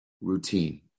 routine